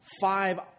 five